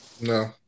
No